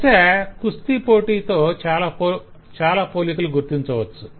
బహుశ కుస్తీ పోటీతో చాలా పోలికలు గుర్తించవచ్చు